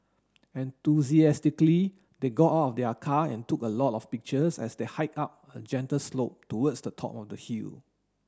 enthusiastically they got out their car and took a lot of pictures as they hiked up a gentle slope towards the top of the hill